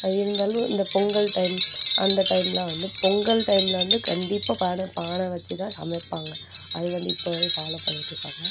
அது இருந்தாலும் இந்த பொங்கல் டைம் அந்த டைம்லாம் வந்து பொங்கல் டைமில் வந்து கண்டிப்பாக பானை பானை வச்சுதான் சமைப்பாங்க அது வந்து இப்போ வரையும் ஃபாலோ பண்ணிட்டுருக்காங்க